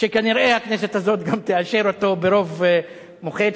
שכנראה הכנסת הזאת גם תאשר אותו ברוב מוחץ,